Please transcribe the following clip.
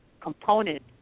component